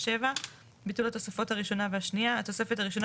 ביטול התוספות הראשונה והשנייה 7.התוספת הראשונה